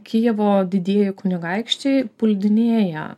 kijevo didieji kunigaikščiai puldinėję